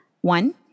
One